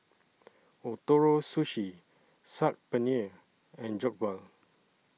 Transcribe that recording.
Ootoro Sushi Saag Paneer and Jokbal